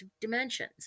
dimensions